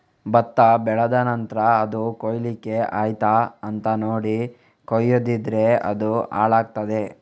ಭತ್ತ ಬೆಳೆದ ನಂತ್ರ ಅದು ಕೊಯ್ಲಿಕ್ಕೆ ಆಯ್ತಾ ಅಂತ ನೋಡಿ ಕೊಯ್ಯದಿದ್ರೆ ಅದು ಹಾಳಾಗ್ತಾದೆ